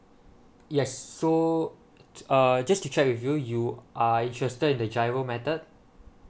yes so uh just to check with you you are interested in the GIRO method